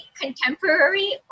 contemporary